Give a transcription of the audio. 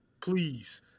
Please